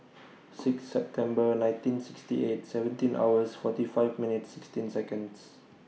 six September nineteen sixty eight seventeen hours forty five minutes sixteen Seconds